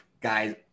guys